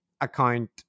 account